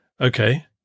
okay